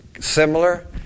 similar